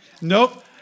Nope